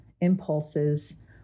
impulses